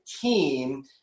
team